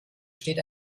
steht